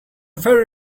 very